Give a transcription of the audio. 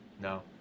No